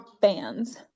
fans